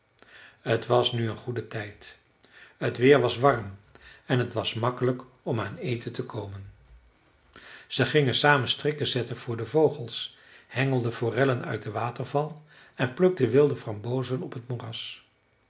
t was nu een goede tijd t weer was warm en t was makkelijk om aan eten te komen ze gingen samen strikken zetten voor de vogels hengelden forellen uit den waterval en plukten wilde frambozen op t moeras